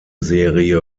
serie